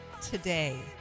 today